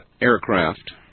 aircraft